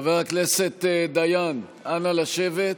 חבר הכנסת דיין, נא לשבת.